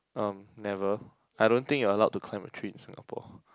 um never I don't think you are allowed to climb a tree in Singapore